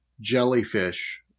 jellyfish